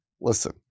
listen